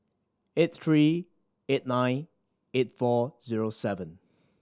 eight three eight nine eight four zero seven